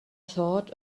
thought